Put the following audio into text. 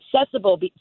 accessible